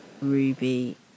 Ruby